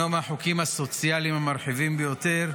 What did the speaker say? מהחוקים הסוציאליים המרחיבים ביותר,